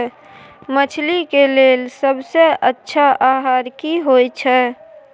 मछली के लेल सबसे अच्छा आहार की होय छै?